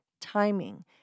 timing